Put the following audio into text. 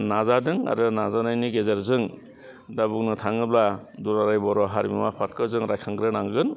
नाजादों आरो नाजानायनि गेजेरजों दा बुंनो थाङोब्ला दुलाराय बर' हारिमु आफादखौ जों रायखांग्रोनांगोन